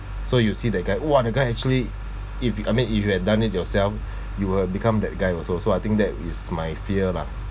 so you see that guy !wah! the guy actually if I mean if you had done it yourself you will become that guy also so I think that is my fear lah